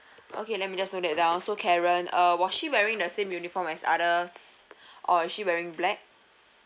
okay let me just note that down so karen uh was she wearing the same uniform as others or is she wearing black